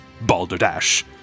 Balderdash